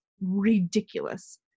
ridiculous